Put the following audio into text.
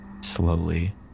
slowly